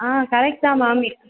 ஆ correct தான் ma'am இப்